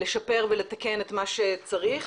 לשפר ולתקן את מה שצריך.